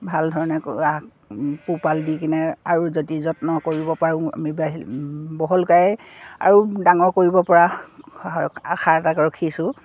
ভাল ধৰণে পোহপাল দি কিনে আৰু যদি যত্ন কৰিব পাৰোঁ আমি আৰু ডাঙৰ কৰিব পৰা হয় আশা এটাক ৰখিছোঁ